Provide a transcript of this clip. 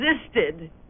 existed